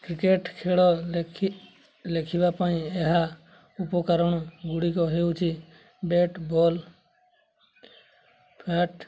cricket ଖେଳ ଲେଖିବା ପାଇଁ ଏହା ଉପକରଣ ଗୁଡ଼ିକ ହେଉଛି ବ୍ୟାଟ୍ ବଲ୍ ପ୍ୟାଡ଼୍